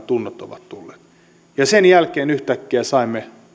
tunnot ovat tulleet sen jälkeen yhtäkkiä saimme